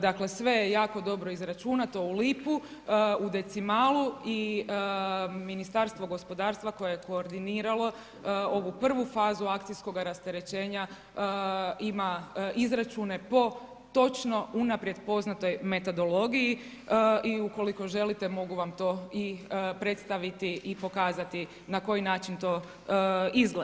Dakle sve je jako dobro izračunato u lipu, u decimalu i Ministarstvo gospodarstva koje je koordiniralo ovu prvu fazu akcijskoga rasterećenja, ima izračune po točno unaprijed poznatoj metodologiji i ukoliko želite, mogu vam to i predstaviti i pokazati na koji način izgleda.